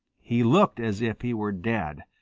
he looked as if he were dead,